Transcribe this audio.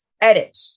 edit